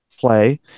play